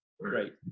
Great